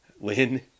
Lynn